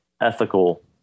ethical